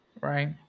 Right